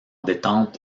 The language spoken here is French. détente